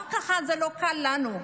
גם ככה זה לא קל לנו.